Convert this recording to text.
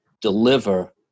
deliver